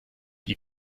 die